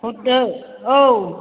हरदो औ